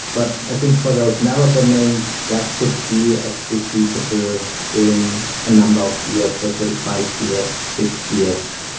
but i think for those narrow domains that could be actually feasible in a number of years, so say five years, six years,